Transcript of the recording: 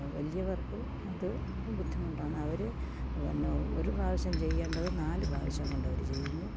വലിയവർക്ക് അത് ബുദ്ധിമുട്ടാണ് അവര് വന്നൊ ഒരു പ്രാവശ്യം ചെയ്യണ്ടത് നാല് പ്രാവശ്യം കൊണ്ടവര് ചെയ്യുന്നു